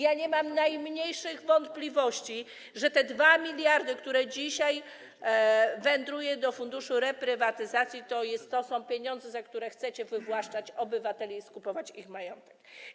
Ja nie mam najmniejszych wątpliwości, że te 2 mld zł, które dzisiaj wędrują do Funduszu Reprywatyzacji, to są pieniądze, za które chcecie wywłaszczać obywateli i skupować ich majątek.